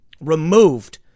removed